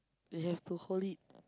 you have to hold it